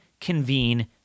convene